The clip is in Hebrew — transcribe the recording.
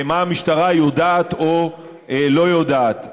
מה המשטרה יודעת או לא יודעת.